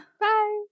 Bye